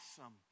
awesome